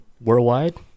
worldwide